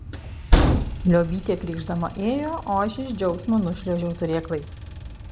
liobytė krykšdama ėjo o aš iš džiaugsmo nušliuožiau turėklais